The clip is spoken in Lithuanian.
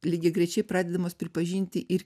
lygiagrečiai pradedamos pripažinti ir